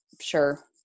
sure